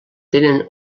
tenen